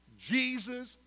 Jesus